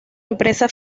empresa